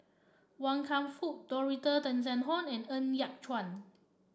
Wan Kam Fook Dorothy Tessensohn and Ng Yat Chuan